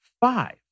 five